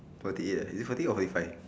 forty eight ah is it forty or forty five